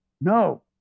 No